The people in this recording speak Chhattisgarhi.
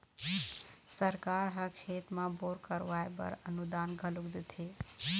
सरकार ह खेत म बोर करवाय बर अनुदान घलोक देथे